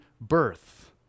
birth